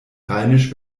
rheinisch